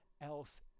else